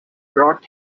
brought